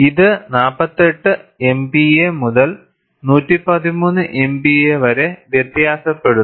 ഇത് 48 MPa മുതൽ 113 MPa വരെ വ്യത്യാസപ്പെടുന്നു